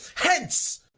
hence!